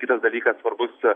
kitas dalykas svarbus